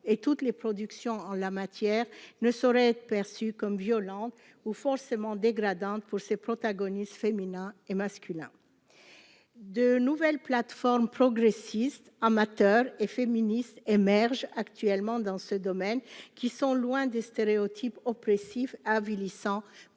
et toutes les productions en la matière ne saurait être perçue comme violente au forcément dégradante pour ses protagonistes féminins et masculins de nouvelles plateformes progressiste amateurs et féministe émerge actuellement dans ce domaine, qui sont loin des stéréotypes oppressif avilissant